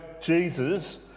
Jesus